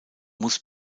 muss